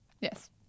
yes